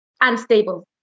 unstable